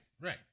right